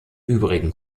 übrigen